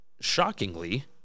Shockingly